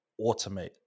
automate